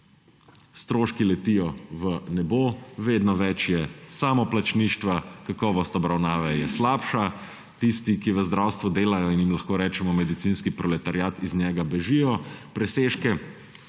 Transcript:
stroški letijo v nebo, vedno več je samoplačništva, kakovost obravnave je slabša. Tisti, ki v zdravstvu delajo in jim lahko rečemo medicinsko proletariat, iz njega bežijo. Presežke